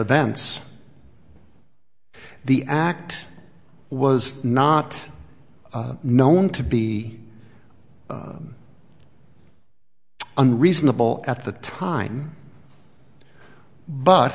events the act was not known to be unreasonable at the time but